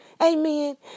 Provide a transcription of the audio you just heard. Amen